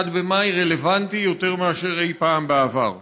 1 במאי רלוונטי יותר מאשר אי-פעם בעבר.